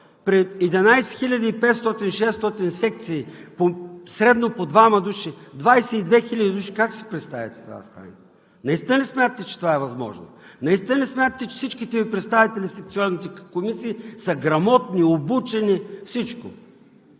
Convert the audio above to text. При 11 600 секции, средно по двама души – 22 хиляди души, как си представяте това да стане? Наистина ли смятате, че това е възможно? Наистина ли смятате, че всички представители в секционните комисии са грамотни, обучени и всичко?